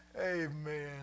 Amen